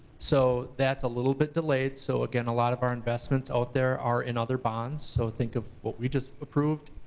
so that's a little bit delayed. so again, a lot of our investments out there are in other bonds, so think of what we just approved.